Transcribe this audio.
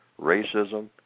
Racism